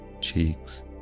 cheeks